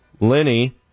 lenny